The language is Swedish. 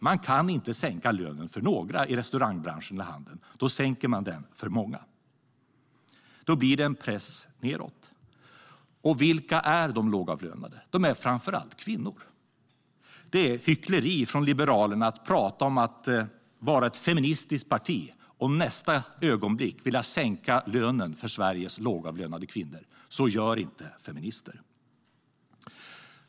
Man kan inte sänka lönen för några i restaurangbranschen eller handeln. Då sänker man den för många. Då blir det en press nedåt. Vilka är de lågavlönade? De är framför allt kvinnor. Det är hyckleri från Liberalerna att tala om att vara ett feministiskt parti och i nästa ögonblick vilja sänka lönen för Sveriges lågavlönade kvinnor. Så gör inte feminister.